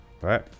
Right